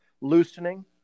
loosening